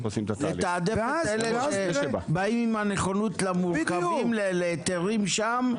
לתעדף את אלה שבאים עם הנכונות למורכבים להיתרים שם,